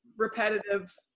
Repetitive